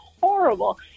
horrible